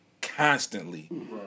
constantly